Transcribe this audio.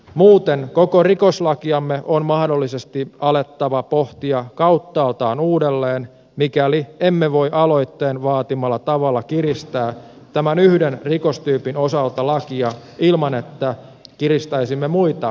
muuten koko rikoslakiamme on mahdollisesti alettava pohtia kauttaaltaan uudelleen mikäli emme voi aloitteen vaatimalla tavalla kiristää lakia tämän yhden rikostyypin osalta ilman että kiristäisimme muita lakeja